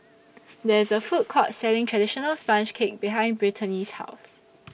There IS A Food Court Selling Traditional Sponge Cake behind Brittani's House